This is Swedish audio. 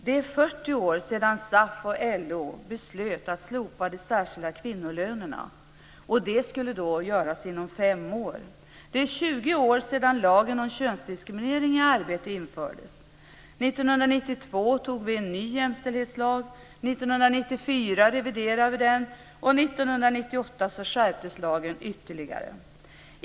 Det är 40 år sedan SAF och LO beslöt att slopa de särskilda kvinnolönerna, och det skulle då göras inom fem år. Det är 20 år sedan lagen om könsdiskriminering i arbetet infördes. 1992 antog vi en ny jämställdhetslag. 1994 reviderade vi den, och 1998 skärptes lagen ytterligare.